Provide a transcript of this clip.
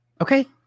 Okay